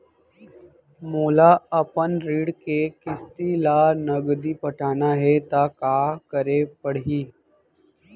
मोला अपन ऋण के किसती ला नगदी पटाना हे ता का करे पड़ही?